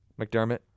McDermott